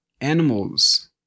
animals